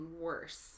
worse